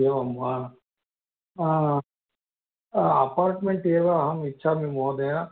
एवं वा अपार्ट्मेन्ट् एव अहम् इच्छामि महोदय